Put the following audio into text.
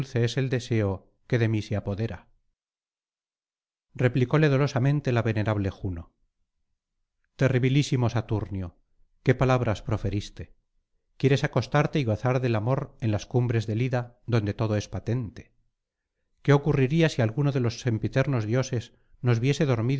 el deseo que de mí se apodera replicóle dolosamente la venerable juno terribilísimo saturnio qué palabras proferiste quieres acostarte y gozar del amor en las cumbres del ida donde todo es patente qué ocurriría si alguno de los sempiternos dioses nos viese